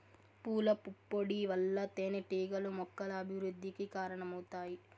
పూల పుప్పొడి వల్ల తేనెటీగలు మొక్కల అభివృద్ధికి కారణమవుతాయి